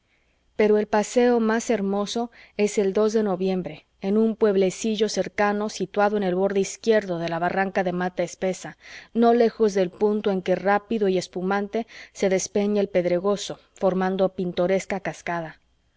pero el paseo más hermoso es el dos de noviembre en un pueblecillo cercano situado en el borde izquierdo de la barranca de mata espesa no lejos del punto en que rápido y espumante se despeña el pedregoso formando pintoresca cascada